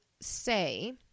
say